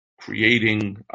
creating